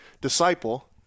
disciple